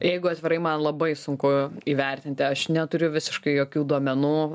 jeigu atvirai man labai sunku įvertinti aš neturiu visiškai jokių duomenų